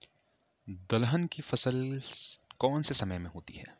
दलहन की फसल कौन से समय में होती है?